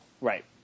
Right